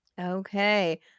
okay